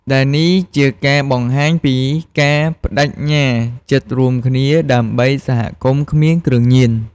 ដែលនេះជាការបង្ហាញពីការប្តេជ្ញាចិត្តរួមគ្នា ដើម្បីសហគមន៍គ្មានគ្រឿងញៀន។